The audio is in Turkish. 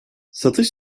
satış